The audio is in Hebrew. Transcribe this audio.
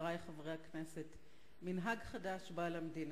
חברי חברי הכנסת, מנהג חדש בא למדינה,